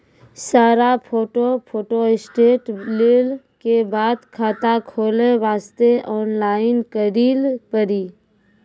सारा photo photostat लेल के बाद खाता खोले वास्ते ऑनलाइन करिल पड़ी?